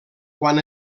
quan